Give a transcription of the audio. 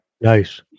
nice